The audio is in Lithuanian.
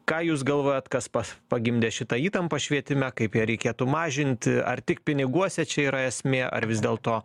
ką jūs galvojat kas pas pagimdė šitą įtampą švietime kaip ją reikėtų mažinti ar tik piniguose čia yra esmė ar vis dėlto